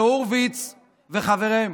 זה הורביץ וחבריהם.